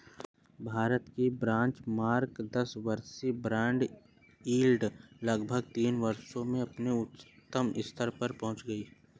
भारत की बेंचमार्क दस वर्षीय बॉन्ड यील्ड लगभग तीन वर्षों में अपने उच्चतम स्तर पर पहुंच गई